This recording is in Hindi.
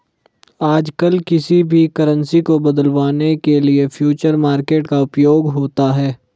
आजकल किसी भी करन्सी को बदलवाने के लिये फ्यूचर मार्केट का उपयोग होता है